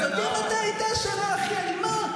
אתה יודע מתי הייתה השנה הכי אלימה?